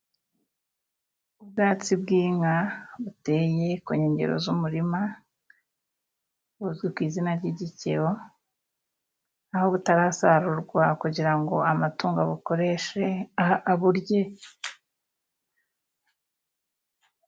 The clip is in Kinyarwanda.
Ubwatsi bw'inka, buteye ku nkengero z'umurima buzwi ku izina ry'igikebo, aho butarasarurwa kugirango amatungo abukoreshe, aburye.